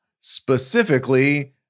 Specifically